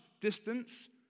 distance